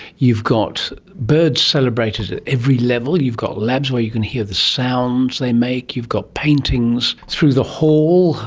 you've got birds celebrated at every level, you've got labs where you can hear the sounds they make, you've got paintings through the hall,